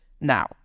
Now